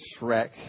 Shrek